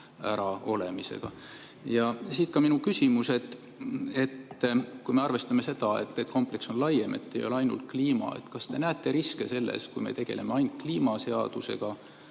ära olemisega. Ja siit ka minu küsimus. Kui me arvestame seda, et kompleks on laiem, ei ole ainult kliima, siis kas te näete riske selles, kui me tegeleme ainult kliimaseadusega